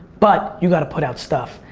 but you got to put out stuff.